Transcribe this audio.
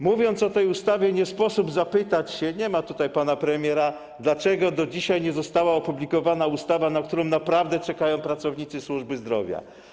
Mówiąc o tej ustawie, nie sposób nie zapytać - nie ma tutaj pana premiera - dlaczego do dzisiaj nie została opublikowana ustawa, na którą naprawdę czekają pracownicy służby zdrowia.